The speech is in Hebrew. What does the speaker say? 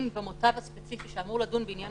אם במותב הספציפי שאמור לדון בעניין